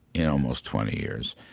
in almost twenty years.